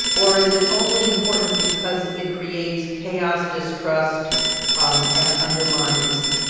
or is it only important because it creates chaos, distrust um and undermines,